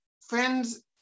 friends